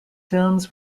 films